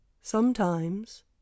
Sometimes